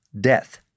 Death